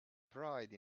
pride